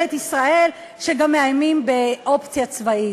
בממשלת ישראל שגם מאיימים באופציה צבאית.